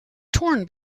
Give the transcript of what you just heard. torn